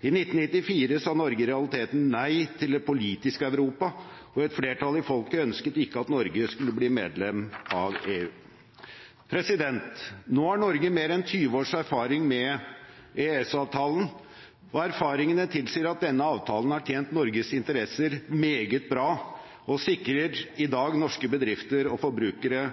I 1994 sa Norge i realiteten nei til det politiske Europa, og et flertall i folket ønsket ikke at Norge skulle bli medlem av EU. Nå har Norge mer enn 20 års erfaring med EØS-avtalen, og erfaringene tilsier at denne avtalen har tjent Norges interesser meget bra. Den sikrer i dag norske bedrifter og forbrukere